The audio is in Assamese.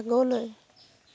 আগলৈ